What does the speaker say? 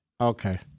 okay